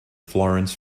florence